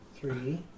Three